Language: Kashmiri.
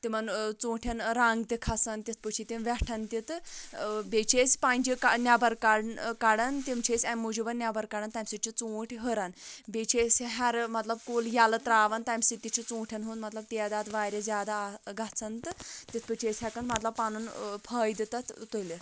تِمَن ٲں ژوٗنٛٹھیٚن ٲں رنٛگ تہِ کَھسان تِتھ پٲٹھۍ چھِ تِم ویٚٹھان تہِ تہٕ ٲں بیٚیہٕ چھِ أسی پنٛجہِ کَ نیٚبَر کَڑان تِم چھِ أسی اَمہ موٗجوٗب نیٚبَر کڑان تَمہِ سۭتی چھِ ژوٗنٛٹھۍ ہُران بیٚیہِ چھِ أسی ہیٚرٕ مطلب کُل یَلہٕ ترٛاوان تَمہِ سۭتی تہِ چھُ ژوٗنٹھیٚن ہُنٛد مطلب تعداد واریاہ زیادٕ ٲں گَژھان تہٕ تِتھ پٲٹھۍ چھِ أسی ہیٚکان مطلب پَنُن ٲں فٲید تتھ تُلِتھ